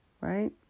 right